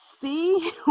see